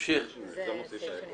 שנמחק